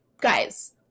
guys